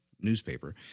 newspaper